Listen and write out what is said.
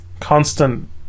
constant